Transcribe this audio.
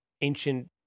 ancient